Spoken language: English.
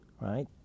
right